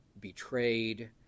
betrayed